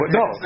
no